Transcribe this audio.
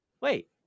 wait